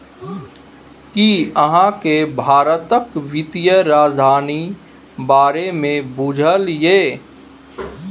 कि अहाँ केँ भारतक बित्तीय राजधानी बारे मे बुझल यै?